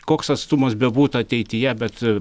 koks atstumas bebūtų ateityje bet